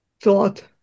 thought